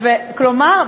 כלומר,